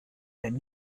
zijn